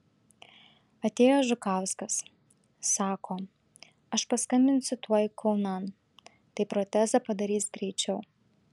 atėjo žukauskas sako aš paskambinsiu tuoj kaunan tai protezą padarys greičiau